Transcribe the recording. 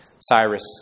Cyrus